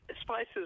spices